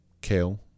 kale